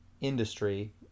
industry